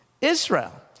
Israel